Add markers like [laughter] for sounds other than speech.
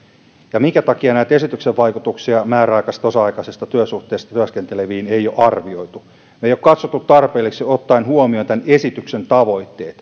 ja minkä takia esityksen vaikutuksia määräaikaisissa osa aikaisissa työsuhteissa työskenteleviin ei ole arvioitu me emme ole katsoneet sitä tarpeelliseksi ottaen huomioon tämän esityksen tavoitteet [unintelligible]